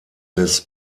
des